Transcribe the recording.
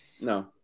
No